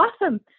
awesome